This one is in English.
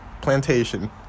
plantation